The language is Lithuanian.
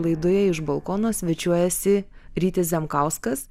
laidoje iš balkono svečiuojasi rytis zemkauskas